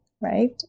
right